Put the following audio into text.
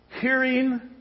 hearing